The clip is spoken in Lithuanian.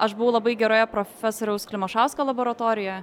aš buvau labai geroje profesoriaus klimašausko laboratorijoje